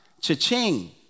cha-ching